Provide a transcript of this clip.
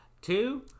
Two